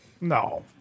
No